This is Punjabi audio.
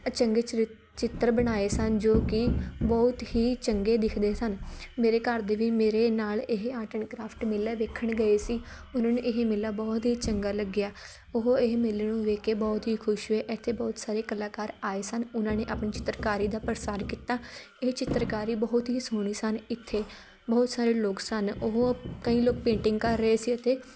ਅਚੰਗੇ ਚਿੱਤਰ ਬਣਾਏ ਸਨ ਜੋ ਕਿ ਬਹੁਤ ਹੀ ਚੰਗੇ ਦਿੱਖਦੇ ਸਨ ਮੇਰੇ ਘਰ ਦੇ ਵੀ ਮੇਰੇ ਨਾਲ ਇਹ ਆਰਟ ਐਂਡ ਕ੍ਰਾਫਟ ਮੇਲਾ ਵੇਖਣ ਗਏ ਸੀ ਉਹਨਾਂ ਨੂੰ ਇਹ ਮੇਲਾ ਬਹੁਤ ਹੀ ਚੰਗਾ ਲੱਗਿਆ ਉਹ ਇਹ ਮੇਲੇ ਨੂੰ ਵੇਖ ਕੇ ਬਹੁਤ ਹੀ ਖੁਸ਼ ਹੋਏ ਇੱਥੇ ਬਹੁਤ ਸਾਰੇ ਕਲਾਕਾਰ ਆਏ ਸਨ ਉਹਨਾਂ ਨੇ ਆਪਣੀ ਚਿੱਤਰਕਾਰੀ ਦਾ ਪ੍ਰਸਾਰ ਕੀਤਾ ਇਹ ਚਿੱਤਰਕਾਰੀ ਬਹੁਤ ਹੀ ਸੋਹਣੀ ਸਨ ਇੱਥੇ ਬਹੁਤ ਸਾਰੇ ਲੋਕ ਸਨ ਉਹ ਕਈ ਲੋਕ ਪੇਂਟਿੰਗ ਕਰ ਰਹੇ ਸੀ ਅਤੇ